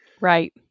Right